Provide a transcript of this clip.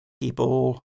people